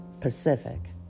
Pacific